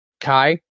Kai